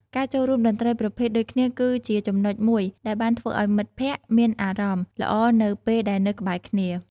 ការចូលចិត្តតន្ត្រីប្រភេទដូចគ្នាគឺជាចំណុចមួយដែលបានធ្វើឲ្យមិត្តភក្តិមានអារម្មណ៍ល្អនៅពេលដែលនៅក្បែរគ្នា។